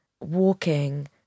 walking